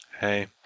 Hey